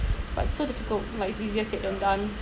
but it's so difficult like it's easier said than done